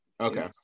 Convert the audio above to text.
okay